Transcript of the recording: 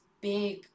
big